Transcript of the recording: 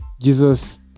Jesus